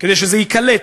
כדי שזה ייקלט,